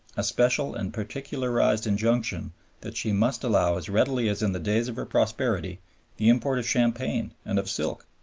a special and particularized injunction that she must allow as readily as in the days of her prosperity the import of champagne and of silk!